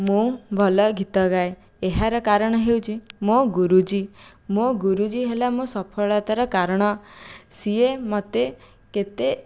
ମୁଁ ଭଲ ଗୀତ ଗାଏ ଏହାର କାରଣ ହେଉଛି ମୋ ଗୁରୁଜୀ ମୋ ଗୁରୁଜୀ ହେଲେ ମୋ ସଫଳତାର କାରଣ ସିଏ ମୋତେ କେତେ